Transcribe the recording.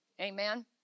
Amen